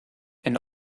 and